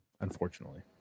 unfortunately